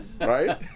right